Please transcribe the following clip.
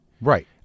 right